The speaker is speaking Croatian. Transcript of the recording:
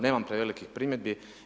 Nemam prevelikih primjedbi.